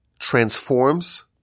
transforms